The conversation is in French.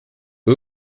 eux